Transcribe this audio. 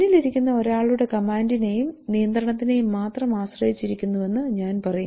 മുന്നിൽ ഇരിക്കുന്ന ഒരാളുടെ കമാൻഡിനെയും നിയന്ത്രണത്തെയും മാത്രം ആശ്രയിച്ചിരിക്കുന്നുവെന്ന് ഞാൻ പറയും